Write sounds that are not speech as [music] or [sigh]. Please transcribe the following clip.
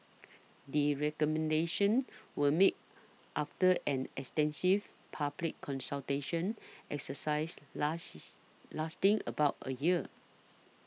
the recommendations were made after an extensive public consultation exercise last [noise] lasting about a year